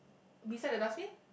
beside the dustbin